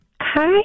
Hi